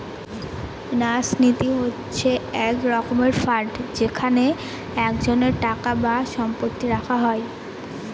ন্যাস নীতি হচ্ছে এক রকমের ফান্ড যেখানে একজনের টাকা বা সম্পত্তি রাখা হয়